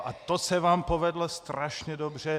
A to se vám povedlo strašně dobře.